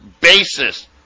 basis